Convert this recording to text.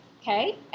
Okay